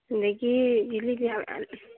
ꯑꯗꯒꯤ ꯖꯤꯂꯤꯕꯤ